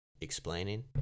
explaining